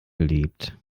geliebt